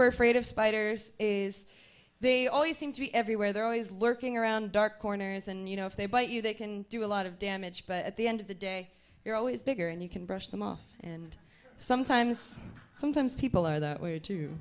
were afraid of spiders is they always seem to be everywhere they're always lurking around dark corners and you know if they bite you they can do a lot of damage but at the end of the day you're always bigger and you can brush them off and sometimes sometimes people are that w